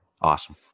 awesome